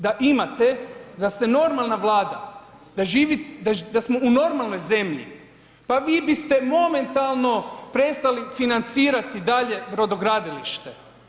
Da imate, da ste normalna Vlada, da smo u normalnoj zemlji, pa vi biste momentalno prestali financirati dalje brodogradilište.